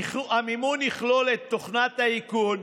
המימון יכלול את תוכנת האיכון,